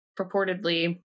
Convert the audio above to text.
purportedly